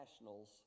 nationals